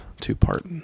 two-part